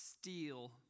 steal